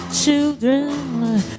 children